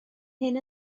hyn